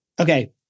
Okay